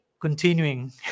continuing